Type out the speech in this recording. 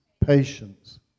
patience